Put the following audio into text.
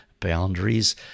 boundaries